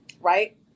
right